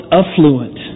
affluent